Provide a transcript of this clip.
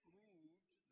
moved